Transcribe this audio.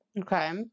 Okay